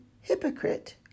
hypocrite